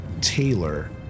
Taylor